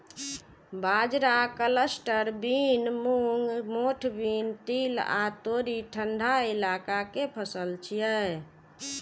बाजरा, cluster bean, मूंग, मोठ बीन, तिल आ तोरी ठंढा इलाका के फसल छियै